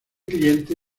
cliente